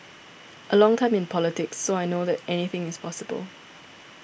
a long time in politics so I know that anything is possible